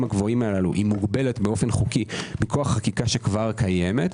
הגבוהים הללו מוגבלת באופן חוקי מכוח חקיקה שכבר קיימת.